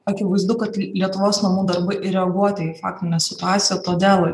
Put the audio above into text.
akivaizdu kad lietuvos namų darbai ir reaguoti į faktinę situaciją todėl